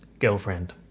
Girlfriend